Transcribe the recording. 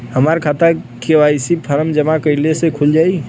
हमार खाता KYC form जमा कइले से खुल जाई?